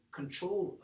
control